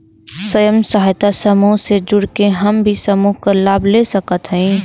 स्वयं सहायता समूह से जुड़ के हम भी समूह क लाभ ले सकत हई?